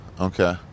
Okay